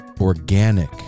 organic